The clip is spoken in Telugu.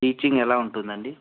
టీచింగ్ ఎలా ఉంటుందండి